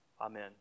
Amen